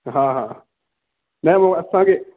हा हा न उहो असांखे